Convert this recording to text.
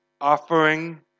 offering